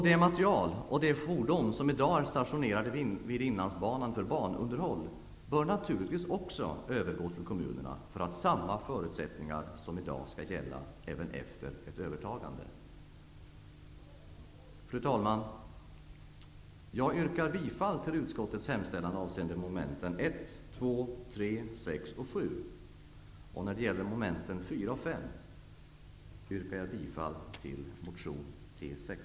Den materiel och de fordon som i dag är stationerade vid Inlandsbanan för banunderhåll bör naturligtvis övergå till kommunerna för att samma förutsättningar som i dag skall gälla även efter ett övertagande. Fru talman! Jag yrkar bifall till utskottets hemställan avseende mom. 1, 2, 3, 6 och 7. När det gäller mom. 4 och 5 yrkar jag bifall till motion T6.